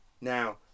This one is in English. Now